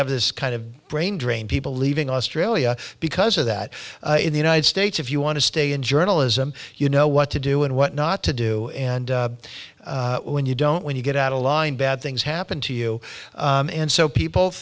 have this kind of brain drain people leaving australia because of that in the united states if you want to stay in journalism you know what to do and what not to do and when you don't when you get outta line bad things happen to you and so people